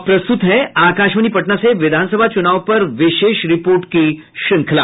अब प्रस्तुत है आकाशवाणी पटना से विधानसभा चुनाव पर विशेष रिपोर्ट की श्रृंखला